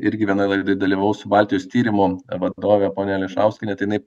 irgi vienoj laidoj dalyvavau su baltijos tyrimų vadove ponia ališauskiene tai jinai